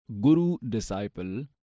guru-disciple